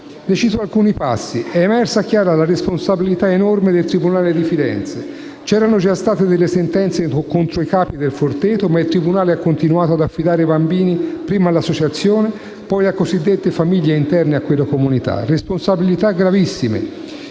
cito alcuni passi. «È emersa chiara la responsabilità enorme del tribunale di Firenze. C'erano già state delle sentenze contro i capi del Forteto, ma il tribunale ha continuato ad affidare bambini prima all'associazione, poi a cosiddette famiglie interne a quella comunità». Ci sono state gravissime